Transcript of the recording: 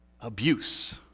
abuse